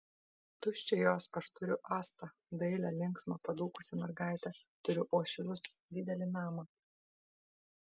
tuščia jos aš turiu astą dailią linksmą padūkusią mergaitę turiu uošvius didelį namą